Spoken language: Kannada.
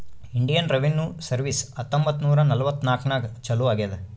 ಇಂಡಿಯನ್ ರೆವಿನ್ಯೂ ಸರ್ವೀಸ್ ಹತ್ತೊಂಬತ್ತ್ ನೂರಾ ನಲ್ವತ್ನಾಕನಾಗ್ ಚಾಲೂ ಆಗ್ಯಾದ್